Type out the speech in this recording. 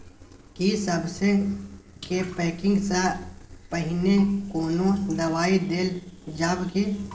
की सबसे के पैकिंग स पहिने कोनो दबाई देल जाव की?